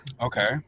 Okay